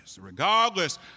regardless